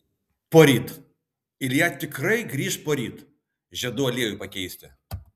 poryt ilja tikrai grįš poryt žiedų aliejui pakeisti